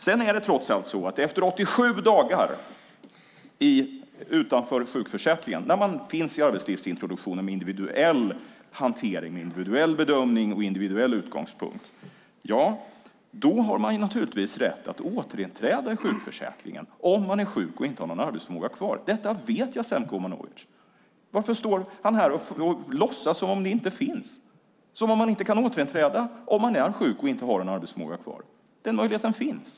Sedan är det trots allt så att man efter 87 dagar utanför sjukförsäkringen, när man har funnits i arbetslivsintroduktionen och fått en individuell hantering och en individuell bedömning och det har varit en individuell utgångspunkt, naturligtvis har rätt att återinträda i sjukförsäkringen om man är sjuk och inte har någon arbetsförmåga kvar. Detta vet Jasenko Omanovic. Varför står han här och låtsas som om det inte finns, som om man inte kan återinträda om man är sjuk och inte har arbetsförmåga kvar? Den möjligheten finns.